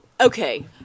Okay